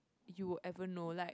you'd ever know like